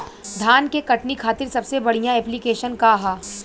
धान के कटनी खातिर सबसे बढ़िया ऐप्लिकेशनका ह?